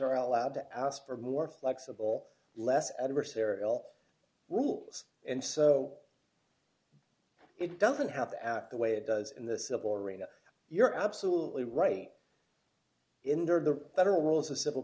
are allowed to ask for more flexible less adversarial rules and so it doesn't have to act the way it does in the civil reda you're absolutely right in the federal rules of civil